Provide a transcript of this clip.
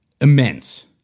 immense